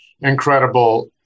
incredible